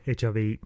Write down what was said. HIV